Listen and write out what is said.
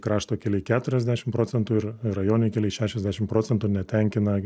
krašto keliai keturiasdešim procentų ir rajoniniai keliai šešiasdešim procentų netenkina